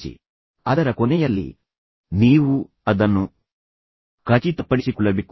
ಪ್ರತಿ ವಾರ ಅದರ ಕೊನೆಯಲ್ಲಿ ನೀವು ಅದನ್ನು ಖಚಿತಪಡಿಸಿಕೊಳ್ಳಬೇಕು ಸರಿ ಈ ನಡವಳಿಕೆಯನ್ನು ನಾನು ಮಾರ್ಪಡಿಸಿದ್ದೇನೆ